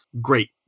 Great